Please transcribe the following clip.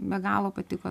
be galo patiko